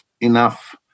enough